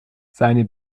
seine